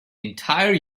entire